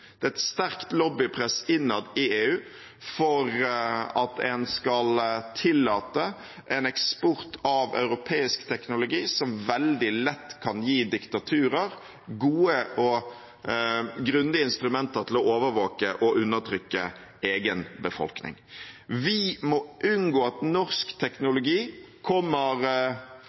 Det er et sterkt lobbypress innad i EU for at en skal tillate en eksport av europeisk teknologi som veldig lett kan gi diktaturer gode og grundige instrumenter til å overvåke og undertrykke egen befolkning. Vi må unngå at norsk teknologi kommer